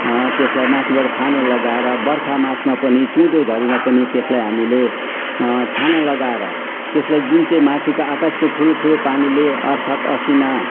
त्यसलाई माथिबाट छानो लगाएर बर्खा मासमा पनि चुहुँदो झरीमा पनि त्यसलाई हामीले छाना लगाएर त्यसलाई जुन चाहिँ माथिको आकाशको ठुलो ठुलो पानीले अर्थात् असिना